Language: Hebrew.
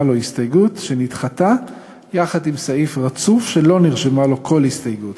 לו הסתייגות שנדחתה יחד עם סעיף רצוף שלא נרשמה לו כל הסתייגות.